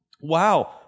wow